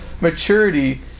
maturity